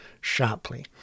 sharply